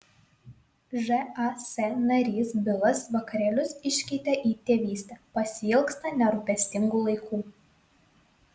žas narys bilas vakarėlius iškeitė į tėvystę pasiilgsta nerūpestingų laikų